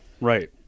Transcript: Right